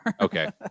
Okay